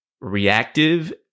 reactive